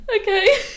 okay